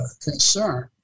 concern